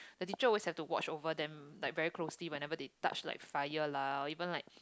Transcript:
the teacher always have to watch over them like very closely whenever they touch like fire lah or even like